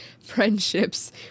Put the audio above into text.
friendships